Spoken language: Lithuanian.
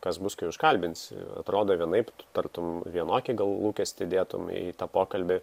kas bus kai užkalbinsi atrodo vienaip tartum vienokį gal lūkestį dėtum į tą pokalbį